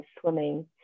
swimming